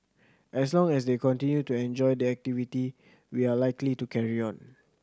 as long as they continue to enjoy the activity we are likely to carry on